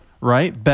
Right